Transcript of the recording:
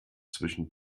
zwischen